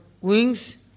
wings